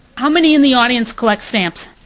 how many in the audience collect stamps?